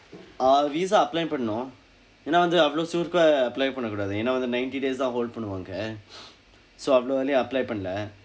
ah visa apply பண்ணனும் ஏனா வந்து அவ்வளவு:pannanum eenaa vandthu avvalavu apply பண்ணக்கூடாது ஏனா வந்து:pannakkuudaathu eenaa vandthu ninety days தான்:thaan hold பண்ணுவாங்க:pannuvaangka so அவ்வளவு:avvalavu early ah apply பண்ணவில்லை:pannavillai